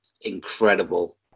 incredible